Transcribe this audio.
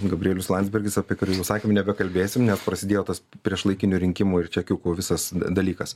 gabrielius landsbergis apie kurį mes sakėm nebekalbėsim nes prasidėjo tas priešlaikinių rinkimų ir čekiukų visas dalykas